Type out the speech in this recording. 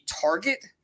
target